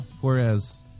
Whereas